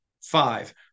five